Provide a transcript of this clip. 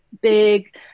big